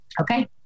Okay